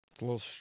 little